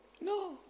No